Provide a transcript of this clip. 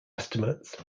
estimates